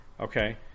Okay